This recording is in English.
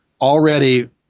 already